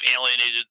alienated